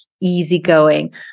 easygoing